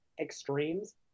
extremes